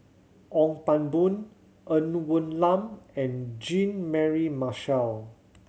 Ong Pang Boon Ng Woon Lam and Jean Mary Marshall